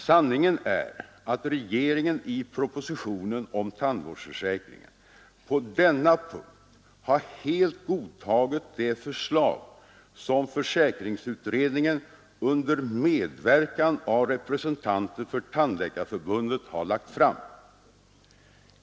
Sanningen är att regeringen i propositionen om tandvårdsförsäkringen på denna punkt helt har godtagit det förslag som försäkringsutredningen under medverkan av representanter för Tandläkarförbundet har lagt fram.